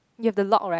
you have the lock right